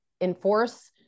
enforce